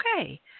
okay